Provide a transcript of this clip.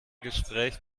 gespräch